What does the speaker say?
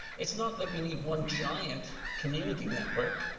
it's not that we need one giant community network.